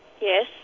Yes